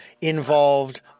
involved